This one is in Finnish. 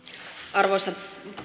arvoisa